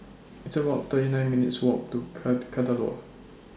It's about thirty nine minutes' Walk to Kadaloor